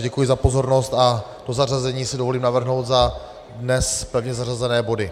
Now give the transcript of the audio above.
Děkuji za pozornost a to zařazení si dovolím navrhnout za dnes pevně zařazené body.